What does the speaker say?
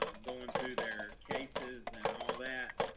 going through their cases and all that.